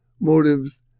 motives